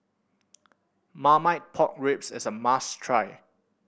Marmite Pork Ribs is a must try